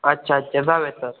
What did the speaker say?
अच्छा अच्छा जाऊया सर